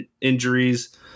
injuries